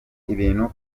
ibintu